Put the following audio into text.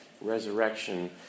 resurrection